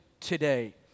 today